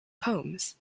poems